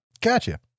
gotcha